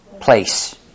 place